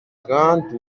grande